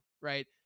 right